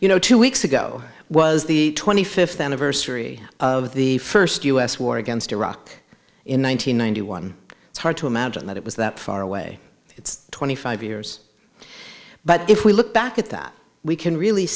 you know two weeks ago was the twenty fifth anniversary of the first u s war against iraq in one thousand nine hundred one it's hard to imagine that it was that far away it's twenty five years but if we look back at that we can really